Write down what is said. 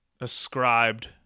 ascribed